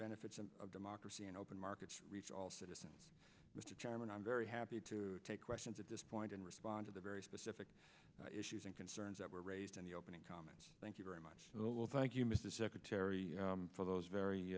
benefits of democracy and open markets reach all citizens mr chairman i'm very happy to take questions at this point and respond to the very specific issues and concerns that were raised in the opening comments thank you very much for the well thank you mr secretary for those very